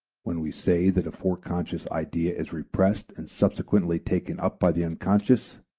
when we say that a foreconscious idea is repressed and subsequently taken up by the unconscious,